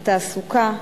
התעסוקה,